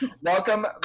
welcome